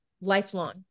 lifelong